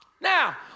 Now